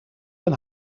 den